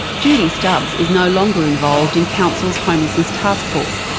judy stubbs is no longer involved in council's homelessness taskforce.